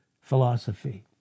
Philosophy